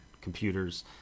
computers